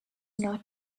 not